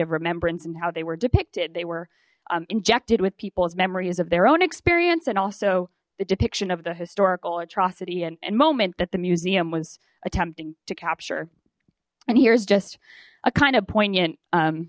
of remembrance and how they were depicted they were injected with people's memories of their own experience and also the depiction of the historical atrocity and moment that the museum was attempting to capture and here's just a kind of poignant